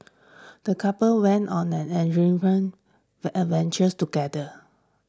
the couple went on an adventures together